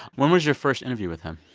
when was your first interview with him?